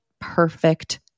perfect